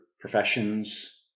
professions